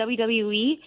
wwe